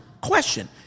question